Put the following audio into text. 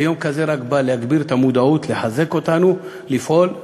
ויום כזה רק בא להגביר את המודעות ולחזק אותנו לפעול.